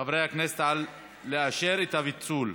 חברי הכנסת, לאשר את הפיצול.